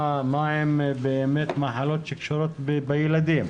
מהן המחלות שקשורות בילדים